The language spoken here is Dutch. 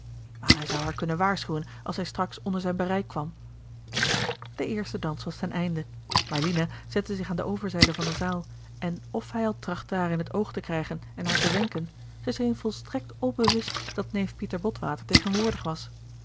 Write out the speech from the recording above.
maar hij zou haar kunnen waarschuwen als zij straks onder zijn bereik kwam de eerste dans was ten einde maar lina zette zich aan de overzijde van de zaal en of hij al trachtte haar in het oog te krijgen en haar te wenken zij scheen volstrekt onbewust dat neef pieter botwater tegenwoordig was